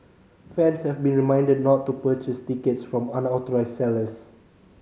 fans have been reminded not to purchase tickets from unauthorised sellers